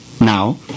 now